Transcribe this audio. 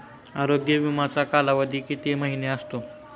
आरोग्य विमाचा कालावधी किती महिने असतो?